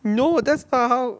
no that's how